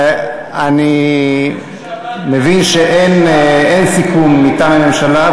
אני מבין שאין סיכום מטעם הממשלה,